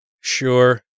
Sure